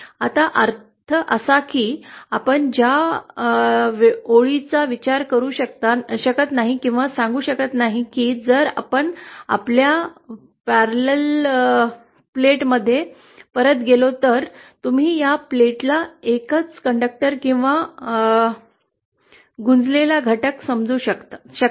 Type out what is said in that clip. याचा अर्थ असा की आपण त्या ओळीचा विचार करू शकत नाही किंवा सांगू शकत नाही की जर आपण आपल्या आयताकृती प्लेटमध्ये परत गेलो तर तुम्ही या प्लेटला एकच कंडक्टर किंवा गुंजलेला घटक समजू शकत नाही